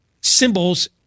symbols